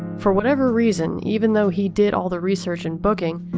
for whatever reason, even though he did all the research and booking,